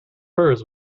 furs